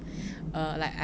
mmhmm